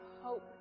hope